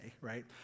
right